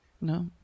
No